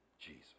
Jesus